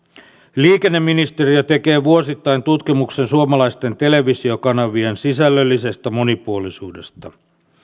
liikenneministeriö tekee vuosittain tutkimuksen suomalaisten televisiokanavien sisällöllisestä monipuolisuudesta